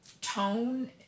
tone